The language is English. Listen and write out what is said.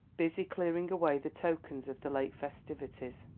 busy clearing away the tokens of the late festivities.